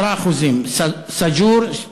10% סאג'ור,